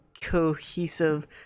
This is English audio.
cohesive